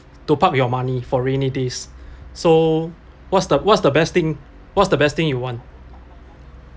to park your money for rainy days so what's the what's the best thing what's the best thing you want